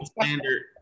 standard